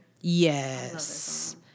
Yes